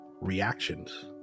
Reactions